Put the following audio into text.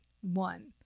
one